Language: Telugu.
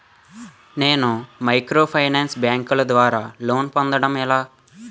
నేను మైక్రోఫైనాన్స్ బ్యాంకుల ద్వారా లోన్ పొందడం ఎలా?